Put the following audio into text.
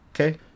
okay